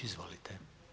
Izvolite.